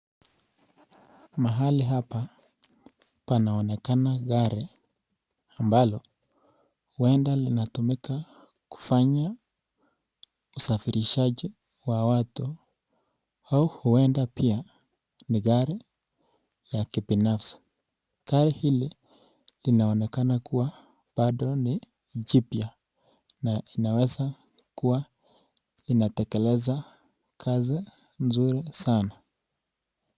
Mahali hapa panaonekana gari ambalo huenda linatumika kufanya usafirishaji wa watu, au huenda pia, ni gari ya kibinafsi. Gari hili linaonekana kuwa bado ni jipya na inaweza kuwa inatekeleza kazi nzuri sana.